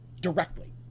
directly